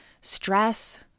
stress